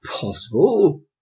possible